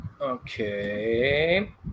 Okay